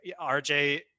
RJ